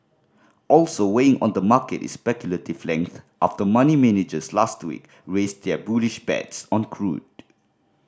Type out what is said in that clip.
also weighing on the market is speculative length after money managers last week raised their bullish bets on crude